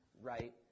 right